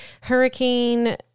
hurricane